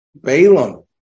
Balaam